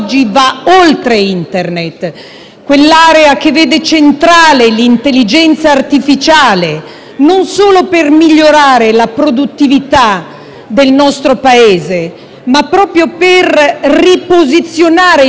Internet e vede la centralità dell'intelligenza artificiale, non solo per migliorare la produttività del nostro Paese, ma proprio per riposizionarne il modello industriale